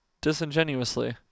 disingenuously